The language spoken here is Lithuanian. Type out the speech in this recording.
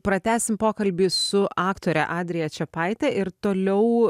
pratęsim pokalbį su aktore adrija čepaite ir toliau